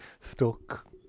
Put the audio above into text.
stuck